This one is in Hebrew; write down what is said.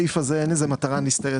לסגן.